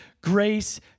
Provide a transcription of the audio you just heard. grace